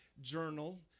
journal